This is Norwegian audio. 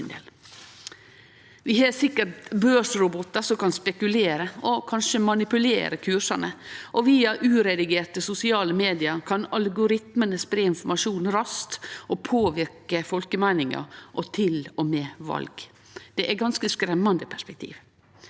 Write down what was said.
Vi har sikkert børsrobotar som kan spekulere og kanskje manipulere kursane, og via uredigerte sosiale medium kan algoritmane spreie informasjonen raskt og påverke folkemeininga, til og med val. Det er ganske skremmande perspektiv.